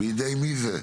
בידי מי זה?